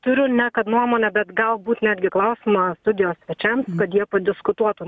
turiu ne kad nuomonę bet galbūt netgi klausimą studijos svečiams kad jie padiskutuotų